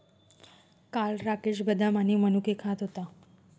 काल राकेश बदाम आणि मनुके खात होता